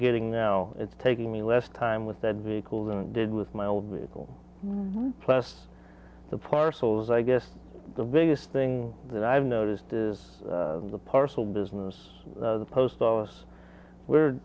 getting now it's taking me less time with that vehicle than it did with my old vehicle plus supplier souls i guess the biggest thing that i've noticed is the parcel business the post office we're